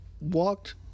walked